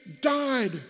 died